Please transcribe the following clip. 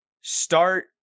start